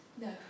No